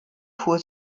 fuhr